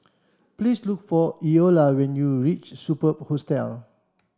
please look for Eola when you reach Superb Hostel